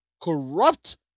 corrupt